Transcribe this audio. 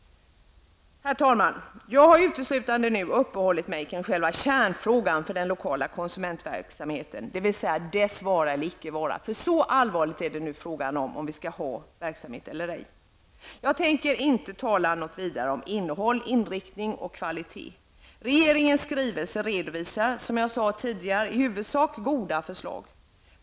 Herr talman! Jag har uteslutande uppehållit mig vid själva kärnfrågan beträffande den lokala konsumentverksamheten, dvs. frågan om denna verksamhets vara eller icke vara. Så allvarligt är läget nu. Det handlar således om huruvida vi skall ha den här verksamheten eller ej. Jag hade inte tänkt säga så mycket om innehåll, inriktning och kvalitet. I regeringens skrivelse redovisas, som jag sade tidigare, i huvudsak goda förslag.